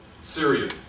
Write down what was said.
Syria